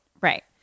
Right